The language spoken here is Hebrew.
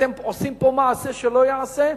אתם עושים פה מעשה שלא ייעשה,